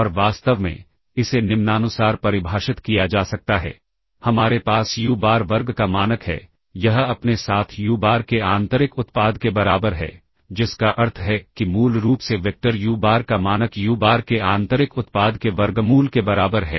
और वास्तव में इसे निम्नानुसार परिभाषित किया जा सकता है हमारे पास यू बार वर्ग का मानक है यह अपने साथ यू बार के आंतरिक उत्पाद के बराबर है जिसका अर्थ है कि मूल रूप से वेक्टर यू बार का मानक यू बार के आंतरिक उत्पाद के वर्गमूल के बराबर है